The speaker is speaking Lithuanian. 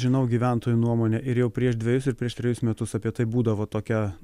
žinau gyventojų nuomonę ir jau prieš dvejus ir prieš trejus metus apie tai būdavo tokia